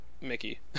Mickey